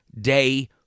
day